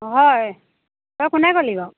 অ হয় তই কোনে ক'লি বাৰু